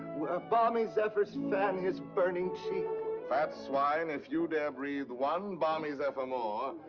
balmy zephyrs fan his burning cheeks fat swine, if you dare breathe one balmy zephyr more,